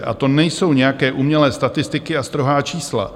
A to nejsou nějaké umělé statistiky a strohá čísla.